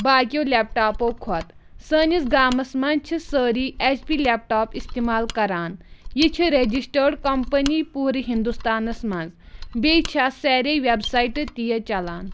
باقٕیو لیپٹاپو کھۄتہٕ سٲنِس گامَس منٛز چھِ سٲری ایچ پی لیپٹاپ استعمال کران یہِ چھِ رجسٹٲڈ کمپنی پوٗرٕ ہندوستانس منٛز بیٚیہِ چھا سارے ویب سایٹہٕ تی چلان